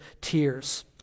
tears